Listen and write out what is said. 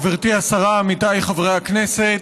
גברתי השרה, עמיתיי חברי הכנסת,